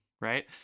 right